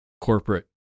corporate